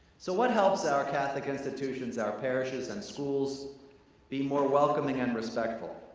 so what helps our catholic institutions, our parishes and schools be more welcoming and respectful?